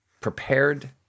prepared